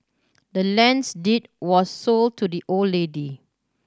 the land's deed was sold to the old lady